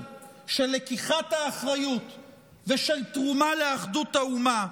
של לקיחת האחריות ושל תרומה לאחדות האומה.